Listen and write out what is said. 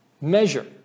measure